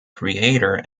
creator